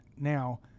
Now